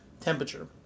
Temperature